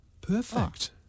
perfect